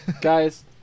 Guys